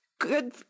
good